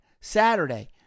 Saturday